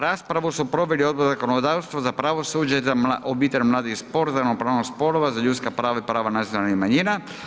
Raspravu su proveli Odbor za zakonodavstvo, za pravosuđe, za obitelj, mlade i sport, za ravnopravnost spolova, za ljudska prava i prava nacionalnih manjina.